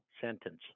sentence